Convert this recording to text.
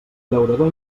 llaurador